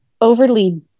overly